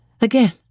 Again